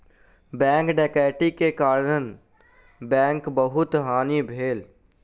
bank डकैती के कारण बैंकक बहुत हानि भेल